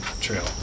Trail